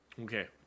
Okay